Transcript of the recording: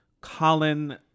Colin